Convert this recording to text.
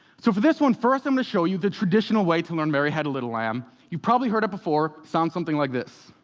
so for this one, first um i'll show you the traditional way to learn mary had a little lamb. you've probably heard it before, sounds something like this.